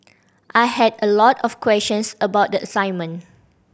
I had a lot of questions about the assignment